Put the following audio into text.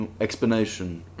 explanation